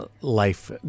life